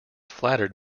flattered